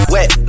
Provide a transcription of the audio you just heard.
Wet